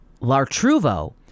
L'Artruvo